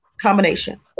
combination